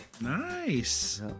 Nice